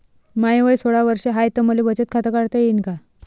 माय वय सोळा वर्ष हाय त मले बचत खात काढता येईन का?